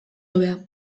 hobea